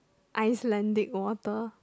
Icelandic water